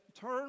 turn